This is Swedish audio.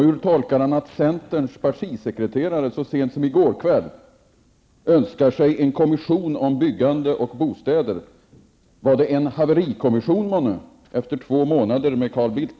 Hur tolkar han att centerns partisekreterare så sent som i går kväll önskar sig en kommission om byggande och bostäder? Var det en haverikommission månne, efter två månader med Carl Bildt?